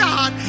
God